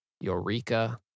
Eureka